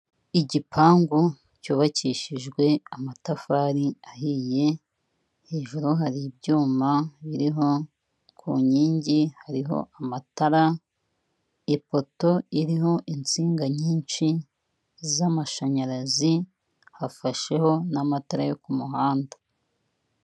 Igipangu cyubakishijwe amatafari ahiye hejuru hari ibyuma biriho. Ku nkingi hariho amatara, ipoto iriho insinga nyinshi z'amashanyarazi, hafasheho n'amatara yo ku muhanda.